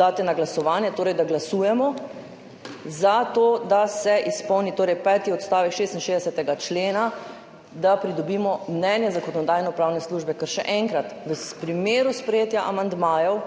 daste na glasovanje, torej da glasujemo za to, da se izpolni peti odstavek 66. člena, da pridobimo mnenje Zakonodajno-pravne službe. Ker še enkrat, v primeru sprejetja amandmajev,